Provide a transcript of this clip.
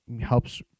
helps